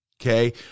Okay